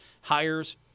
hires